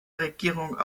regierung